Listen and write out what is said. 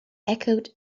echoed